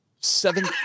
seven